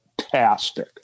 Fantastic